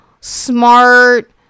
smart